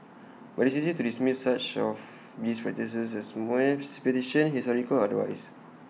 but IT is easy to dismiss much of these practices as mere superstition historical or otherwise